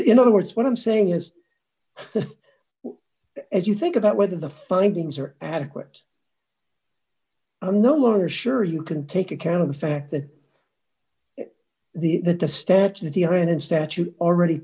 in other words what i'm saying is as you think about whether the findings are adequate i'm no longer sure you can take account of the fact that the that the statute the iranian statute already